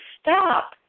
stop